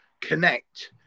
connect